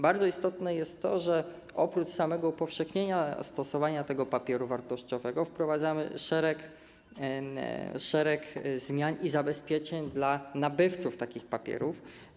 Bardzo istotne jest to, że oprócz samego upowszechnienia stosowania tego papieru wartościowego wprowadzamy szereg zmian i zabezpieczeń dla nabywców takich papierów.